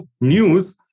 news